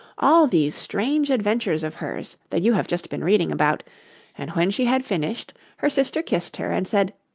all these strange adventures of hers that you have just been reading about and when she had finished, her sister kissed her, and said,